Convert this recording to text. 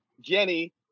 Jenny